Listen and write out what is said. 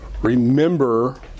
Remember